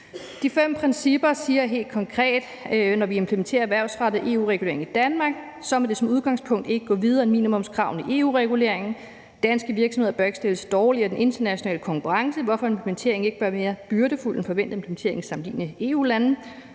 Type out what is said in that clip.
De fem principper siger helt konkret, at når vi implementerer erhvervsrettet EU-regulering i Danmark, må vi som udgangspunkt ikke gå videre end minimumskravene i EU-reguleringen. Danske virksomheder bør ikke stilles dårligere i den internationale konkurrence, hvorfor en implementering ikke bør være mere byrdefuld end den forventede implementering i sammenlignelige EU-lande.